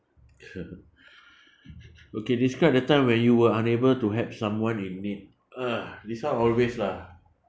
okay describe the time when you were unable to help someone in need uh this one always lah